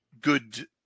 good